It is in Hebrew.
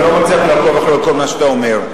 אני לא מצליח לעקוב אחרי כל מה שאתה אומר.